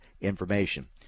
information